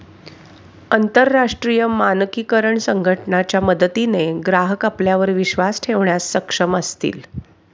अंतरराष्ट्रीय मानकीकरण संघटना च्या मदतीने ग्राहक आपल्यावर विश्वास ठेवण्यास सक्षम असतील